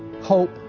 hope